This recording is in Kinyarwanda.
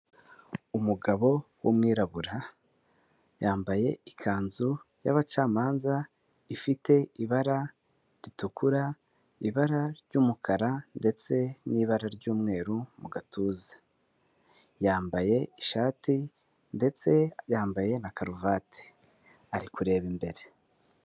Umugabo w’umwirabura, yambaye ikanzu y'abacamanza ifite ibara ritukura, ibara ry'umukara ndetse n'ibara ry'umweru mu gatuza, yambaye ishati ndetse yambaye na karuvati ari kureba imbere.